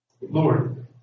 Lord